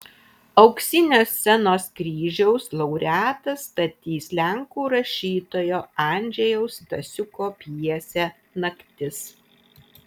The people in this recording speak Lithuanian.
auksinio scenos kryžiaus laureatas statys lenkų rašytojo andžejaus stasiuko pjesę naktis